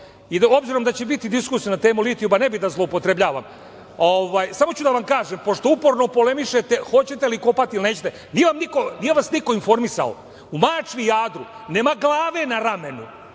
I obzirom da će biti diskusija na temu litijuma, ne bih da zloupotrebljavam, samo ću da vam kažem, pošto uporno polemišete hoćete li kopati ili nećete. Nije vas niko informisao. U Mačvi i Jadru, nema glave na ramenu